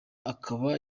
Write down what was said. akaba